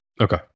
Okay